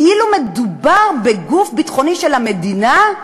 כאילו מדובר בגוף ביטחוני של המדינה.